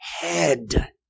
head